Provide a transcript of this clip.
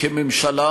כממשלה